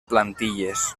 plantilles